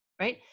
Right